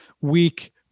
weak